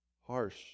harsh